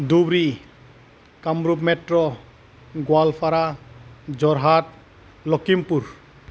Dhubri Kamrup metro Goalpara Jorhat Lakhimpur